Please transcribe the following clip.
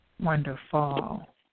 Wonderful